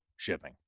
Shipping